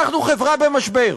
אנחנו חברה במשבר,